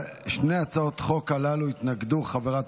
לשתי הצעות החוק הללו התנגדו חברת